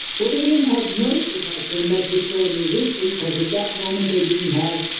well, they didn't have mrsa back then, methicillin-resistant, because at that moment, they didn't have